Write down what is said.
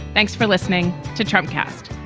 thanks for listening to trump cast